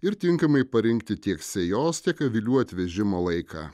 ir tinkamai parinkti tiek sėjos tiek avilių atvežimo laiką